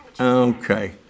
Okay